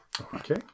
Okay